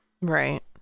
Right